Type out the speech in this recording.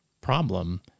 problem